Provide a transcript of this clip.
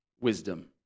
wisdom